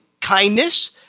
kindness